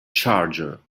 charger